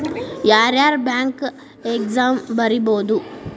ಯಾರ್ಯಾರ್ bank exam ಬರಿಬೋದು